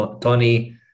Tony